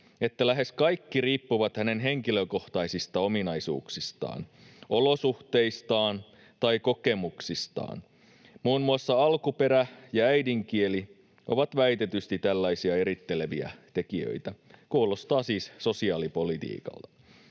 että lähes kaikki riippuu hänen henkilökohtaisista ominaisuuksistaan, olosuhteistaan tai kokemuksistaan. Muun muassa alkuperä ja äidinkieli ovat väitetysti tällaisia eritteleviä tekijöitä — kuulostaa siis sosiaalipolitiikalta.